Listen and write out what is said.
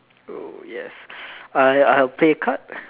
oh yes uh uh play a card